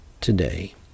today